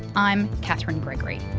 i'm katherine gregory.